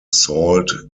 salt